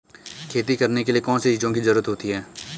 खेती करने के लिए कौनसी चीज़ों की ज़रूरत होती हैं?